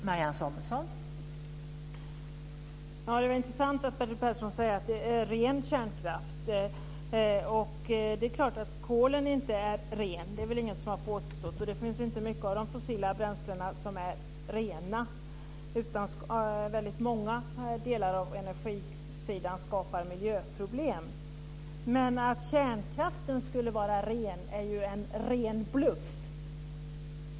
Fru talman! Det är intressant att Bertil Persson säger att det är ren kärnkraft. Kolen är inte ren, det är väl ingen som har påstått. Det finns inte många av de fossila bränslena som är rena. Många delar av energisidan skapar miljöproblem. Att kärnkraften skulle vara ren är en ren bluff.